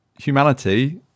humanity